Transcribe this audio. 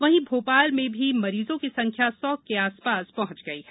वहीं भोपाल में भी मरीजों की संख्या सौ के आसपास पहुंच गई है